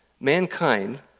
mankind